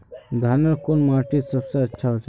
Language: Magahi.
धानेर कुन माटित सबसे अच्छा होचे?